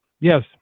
Yes